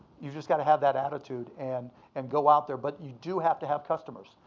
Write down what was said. you just gotta have that attitude and and go out there. but you do have to have customers.